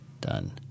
Done